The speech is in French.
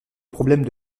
problèmes